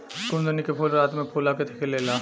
कुमुदिनी के फूल रात में फूला के खिलेला